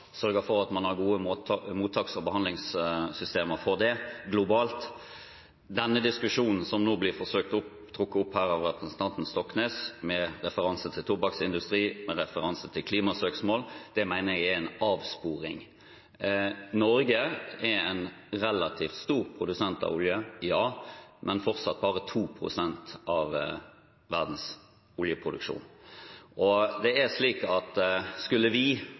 sørge for at man har gode mottaks- og behandlingssystemer globalt. Den diskusjonen som nå blir forsøkt trukket opp her av representanten Stoknes, med referanse til tobakksindustri og klimasøksmål, mener jeg er en avsporing. Norge er en relativt stor produsent av olje, ja, men står fortsatt for bare 2 pst. av verdens oljeproduksjon. Skulle vi gått til det